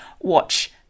watch